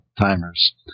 timers